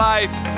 Life